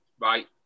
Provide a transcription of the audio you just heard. right